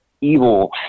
Evil